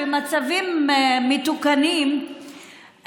במצבים מתוקנים,